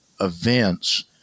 events